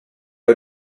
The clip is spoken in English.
did